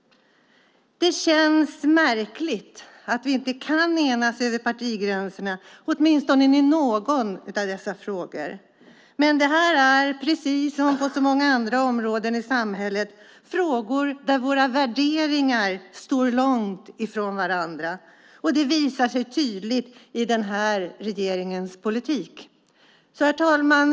Det känns märkligt att vi inte kan enas över partigränserna i åtminstone någon av dessa frågor. Men på detta område, precis som på så många andra områden i samhället, handlar det om frågor där våra värderingar står långt från varandra. Det visar sig tydligt i den nuvarande regeringens politik. Herr talman!